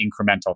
incremental